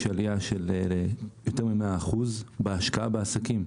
עלייה של יותר מ-100 אחוז בהשקעה בעסקים,